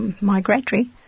migratory